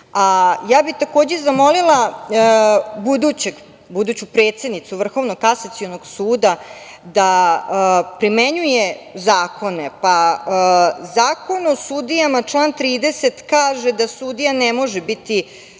bih zamolila buduću predsednicu Vrhovnog kasacionog suda da primenjuje zakone, pa Zakon o sudijama član 30. kaže da sudija ne može biti